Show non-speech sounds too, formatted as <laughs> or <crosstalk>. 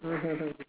<laughs>